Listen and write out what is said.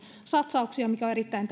satsauksia mikä on erittäin